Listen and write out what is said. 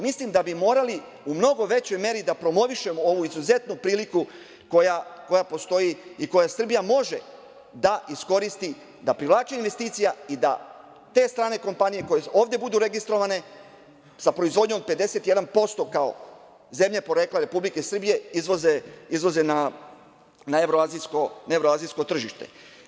Mislim da bi morali u mnogo većoj meri da promovišem ovu izuzetnu priliku koja postoji i koja Srbija može da iskoristi, da privlači investicije i da te strane kompanije koje ovde budu registrovane sa proizvodnjom od 51%, kao zemlja porekla Republike Srbije izvoze na evroazijsko tržište.